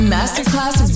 Masterclass